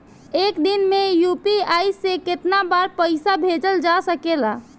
एक दिन में यू.पी.आई से केतना बार पइसा भेजल जा सकेला?